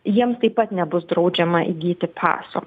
jiems taip pat nebus draudžiama įgyti paso